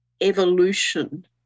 evolution